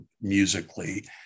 musically